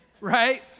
right